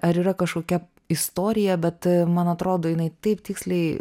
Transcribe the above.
ar yra kažkokia istorija bet man atrodo jinai taip tiksliai